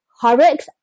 Horrocks